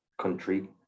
country